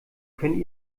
können